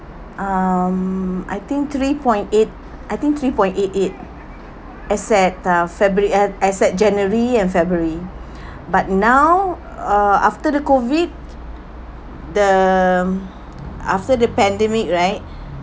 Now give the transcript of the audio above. um I think three point eight I think three point eight eight as at uh february at as at january and february but now uh after the COVID the after the pandemic right